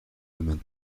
domaine